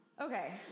Okay